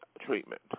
treatment